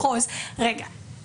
רגע.